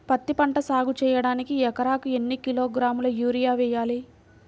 పత్తిపంట సాగు చేయడానికి ఎకరాలకు ఎన్ని కిలోగ్రాముల యూరియా వేయాలి?